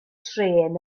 trên